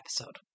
episode